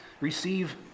receive